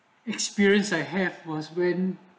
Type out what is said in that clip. experience I had was when